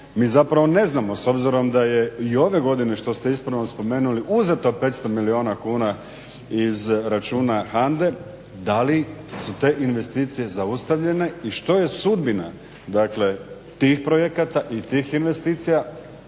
Mi zapravo ne znamo s obzirom da je ove godine što ste ispravno spomenuli uzeto 500 milijuna kuna iz računa HANDA-e. da li su te investicije zaustavljene i što je sudbina tih projekata i tih investicija?